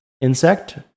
insect